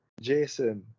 Jason